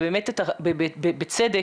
ובצדק,